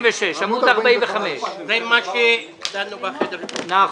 דנו בחדר אצלך.